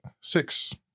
Six